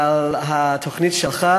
אבל התוכנית שלך